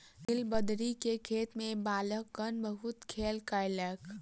नीलबदरी के खेत में बालकगण बहुत खेल केलक